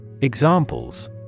Examples